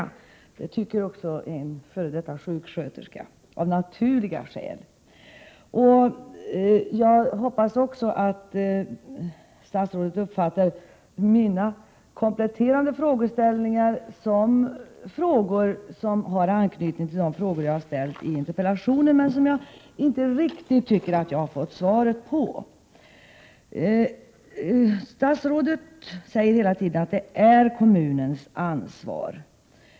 Så känner av naturliga skäl en f.d. sjuksköterska. Jag hoppas att statsrådet uppfattar det så att mina kompletterande frågor har anknytning till de frågor jag ställde i interpellationen men som jag inte tycker att jag fått något riktigt svar på. Statsrådet säger hela tiden att detta är kommunens ansvar.